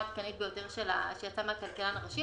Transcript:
העדכנית ביותר שיצאה מהכלכלן הראשי.